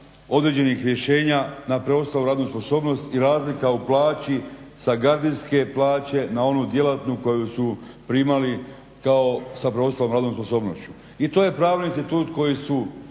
određenih rješenja na preostalu radnu sposobnost i razlika u plaći sa gardijske plaće na onu djelatnu koju su primali kao sa preostalom radnom sposobnošću. I to je pravni institut koji su